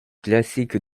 classiques